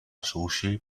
sushi